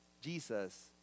Jesus